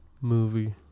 movie